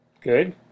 Good